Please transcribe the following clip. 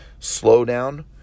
slowdown